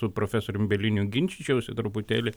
su profesorium bieliniu ginčyčiausi truputėlį